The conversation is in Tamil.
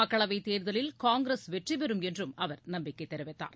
மக்களவைத் தேர்தலில் காங்கிரஸ் வெற்றி பெறும் என்று நம்பிக்கை தெரிவித்தார்